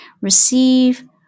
receive